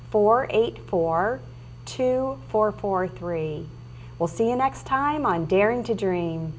four eight four two four four three will see an x time and daring to dream